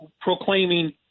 proclaiming